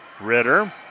Ritter